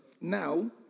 Now